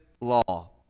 law